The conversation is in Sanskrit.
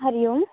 हरिः ओम्